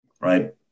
right